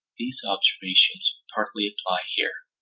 these observations partly apply here.